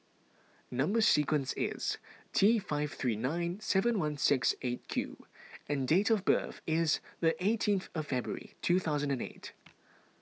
Number Sequence is T five three nine seven one six eight Q and date of birth is the eighteenth of February two thousand and eight